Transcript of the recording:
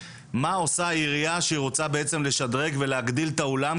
מה עושה עירייה שרוצה בעצם לשדרג ולהגדיל את האולם.